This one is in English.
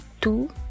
two